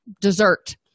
dessert